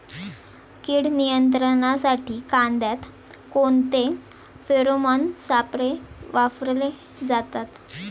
कीड नियंत्रणासाठी कांद्यात कोणते फेरोमोन सापळे वापरले जातात?